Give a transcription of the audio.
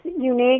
unique